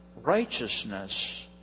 righteousness